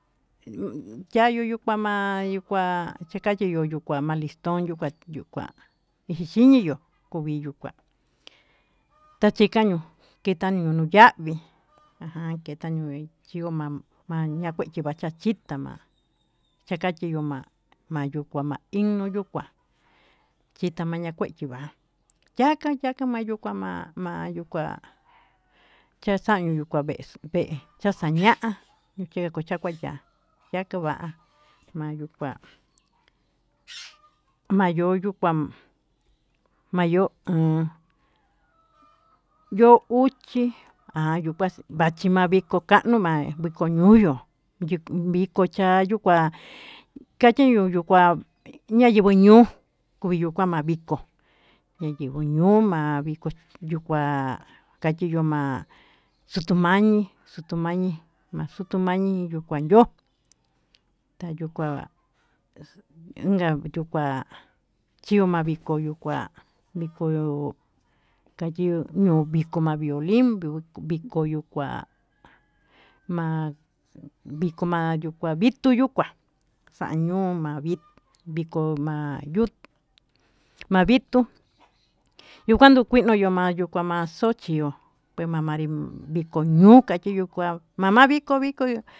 Yuí chayuu yuu ka ma'a yuu kuá chikakiyu kukama listón, yuka yuu kua yixhixini yuu uviyu kuá tachikañu kinanu nuyavii ha chetañui chió ma'an ma'an, ña'a kuéi machachita ma'a chakachió ma'a mayikua machino'ó yuu kuá chitama macheti va'á yaka yaka mayuka ma'a ma'a mayukua chaxañu mayuka vexuu vee chaxa'a ña'a, nuche kocha kua chá yake va'á mayuu kuá mayoyo kuan mayo'ó an yo'ó uchí ha maxima'a vko kanó ma'a viko ñuyuu yi viko chayuu kuá kachiyo yuu kua maviko ño'o kuyuu kua ma'a viko ña'a ñinguó ñoma'a maviko yuu kuá kayiyo ma'a xutu mañii, xhitumañi ma'a xhitumayi yuu kuan yo'ó tayuu kuan inka yuu kuá chio ma'a viko yuu kuá vikó, kayo'o viko ña'a violin ko viko yuu kuá ma'a viko yuu ma'a viko yuu kuá xañuu ma'a vi viko ñuu mavitó yuukuan yu kui mayuma'a, maxodio kuyuma viko ñoo kachí yo'ó kua mama viko viko yu.